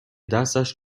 دستش